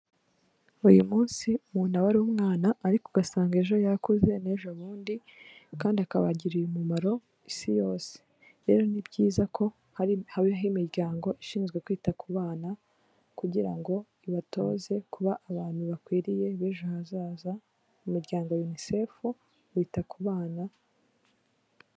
Uyu munsi umuntu aba ari umwana ariko ugasanga ejo yakuze n'ejo bundi kandi akaba agiriye umumaro isi yose, rero ni byiza ko habaho imiryango ishinzwe kwita ku bana kugira ngo ibatoze kuba abantu bakwiriye b'ejo hazaza, umuryango UNICEF wita ku bana.